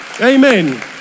Amen